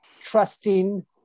trusting